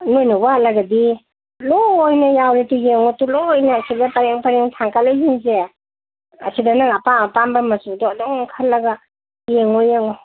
ꯅꯣꯏꯅ ꯋꯥꯠꯂꯒꯗꯤ ꯂꯣꯏꯅ ꯌꯥꯎꯔꯦ ꯇꯨ ꯌꯦꯡꯉꯣ ꯇꯨ ꯂꯣꯏꯅ ꯁꯤꯗ ꯄꯔꯦꯡ ꯄꯔꯦꯡ ꯊꯥꯡꯒꯠꯂꯤꯁꯤꯡꯁꯦ ꯑꯁꯤꯗ ꯅꯪ ꯑꯄꯥꯝ ꯑꯄꯥꯝꯕ ꯃꯆꯨꯗꯣ ꯑꯗꯨꯝ ꯈꯜꯂꯒ ꯌꯦꯡꯉꯣ ꯌꯦꯡꯉꯣ